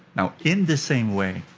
now, in the same way